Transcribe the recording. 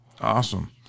Awesome